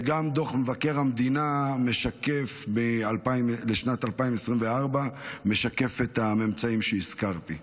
דוח מבקר המדינה לשנת 2024 משקף את הממצאים שהזכרתי.